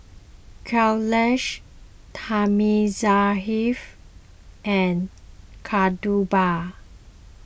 Kailash Thamizhavel and Kasturba